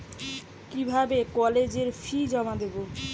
কিভাবে কলেজের ফি জমা দেবো?